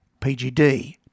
PGD